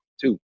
two